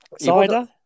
Cider